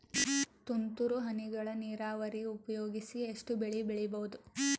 ತುಂತುರು ಹನಿಗಳ ನೀರಾವರಿ ಉಪಯೋಗಿಸಿ ಎಷ್ಟು ಬೆಳಿ ಬೆಳಿಬಹುದು?